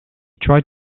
tried